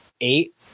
eight